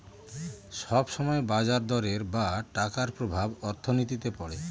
সব সময় বাজার দরের বা টাকার প্রভাব অর্থনীতিতে পড়ে